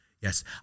Yes